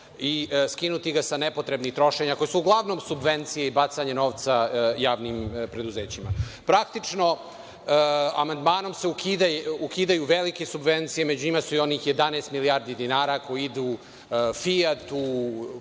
i skinuti ga sa nepotrebnih trošenja, a to su uglavnom subvencije i bacanje novca u javnim preduzećima. Praktično, amandmanom se ukidaju velike subvencije, među njima su i onih 11 milijardi dinara koje idu „Fijatu“,